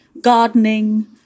Gardening